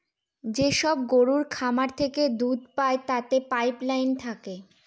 যেসব গরুর খামার থেকে দুধ পায় তাতে পাইপ লাইন থাকে